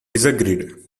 disagreed